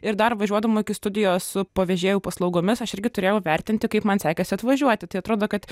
ir dar važiuodama iki studijos pavežėjų paslaugomis aš irgi turėjau vertinti kaip man sekėsi atvažiuoti tai atrodo kad